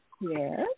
Yes